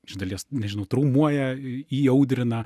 iš dalies nežinau traumuoja į įaudrina